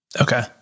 Okay